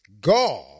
God